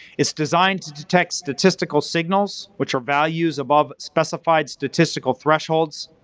it's designed to detect statistical signals which are values above specified statistical thresholds.